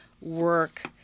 work